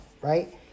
Right